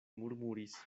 murmuris